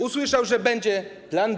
Usłyszał, że będzie plan B.